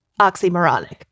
oxymoronic